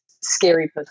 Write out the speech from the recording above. scary